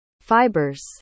fibers